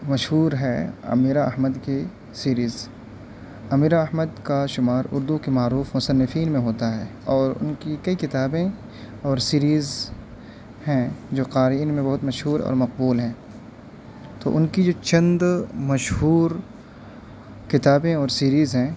مشہور ہے عمیرہ احمد کے سیریز عمیرہ احمد کا شمار اردو کے معروف مصنفین میں ہوتا ہے اور ان کی کئی کتابیں اور سیریز ہیں جو قارئین میں بہت مشہور اور مقبول ہیں تو ان کی جو چند مشہور کتابیں اور سیریز ہیں